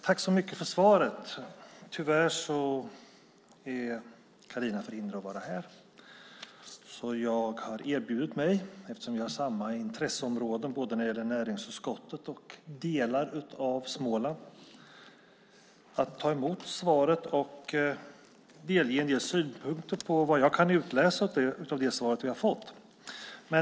Fru talman! Tack för svaret! Tyvärr är Carina förhindrad att vara här. Eftersom vi har samma intresseområden både när det gäller näringsutskottet och när det gäller delar av Småland har jag erbjudit mig att ta emot svaret och delge en del synpunkter på det som jag kan utläsa av det svar som vi har fått.